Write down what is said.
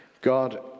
God